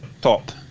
Top